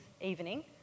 evening